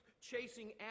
chasing